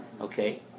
okay